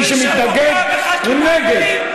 מי שמתנגד, הוא נגד.